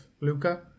Luca